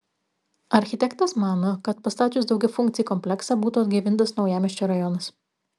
architektas mano kad pastačius daugiafunkcį kompleksą būtų atgaivintas naujamiesčio rajonas